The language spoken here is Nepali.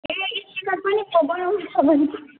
ए स्पिकर पनि पो बनाउनु छ भने